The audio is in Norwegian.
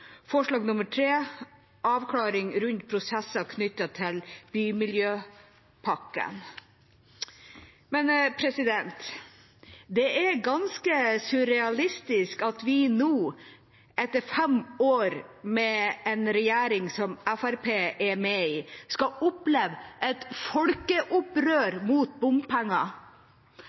forslag nr. 3, om avklaring rundt prosesser knyttet til bymiljøpakken. Det er ganske surrealistisk at vi, etter fem år med en regjering som Fremskrittspartiet er med i, skal oppleve et folkeopprør mot bompenger.